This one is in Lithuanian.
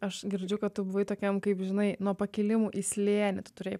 aš girdžiu kad tu buvai tokiam kaip žinai nuo pakilimų į slėnį tu turėjo pa